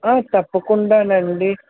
తప్పకుండానండి